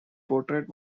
portrait